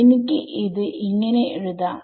എനിക്ക് ഇത് ഇങ്ങനെ എഴുതാം